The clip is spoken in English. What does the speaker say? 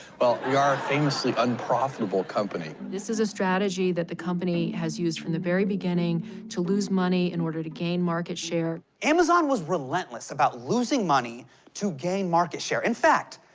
well, yeah we're a famously unprofitable company. this is a strategy that the company has used from the very beginning to lose money in order to gain market share. amazon was relentless about losing money to gain market share. in fact,